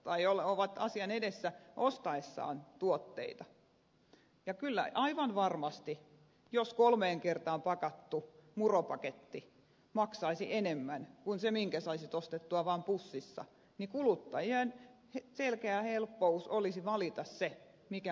kuluttajat ovat asian edessä ostaessaan tuotteita ja kyllä aivan varmasti jos kolmeen kertaan pakattu muropaketti maksaisi enemmän kuin se minkä saisi ostettua vain pussissa niin kuluttajien olisi selkeästi helpompi valita se mikä maksaa vähemmän